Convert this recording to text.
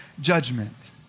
judgment